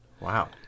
Wow